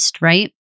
right